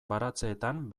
baratzeetan